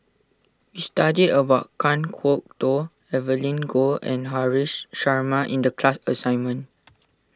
we studied about Kan Kwok Toh Evelyn Goh and Haresh Sharma in the class assignment